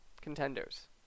contenders